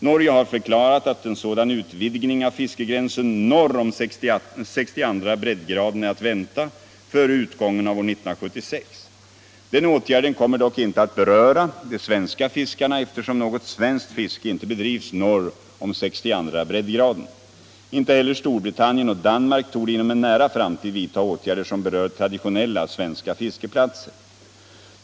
Norge har förklarat att en sådan utvidgning av fiskegränsen norr om 62:a breddgraden är att vänta före utgången av år 1976. Den åtgärden kommer dock inte att beröra de svenska fiskarna eftersom något svenskt fiske inte bedrivs norr om 62:a breddgraden. Inte heller Storbritannien och Danmark torde inom en nära framtid vidta åtgärder som berör traditionella svenska fiskeplatser.